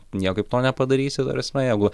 niekaip to nepadarysi ta prasme jeigu